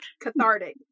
Cathartic